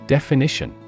Definition